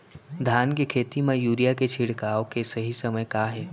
धान के खेती मा यूरिया के छिड़काओ के सही समय का हे?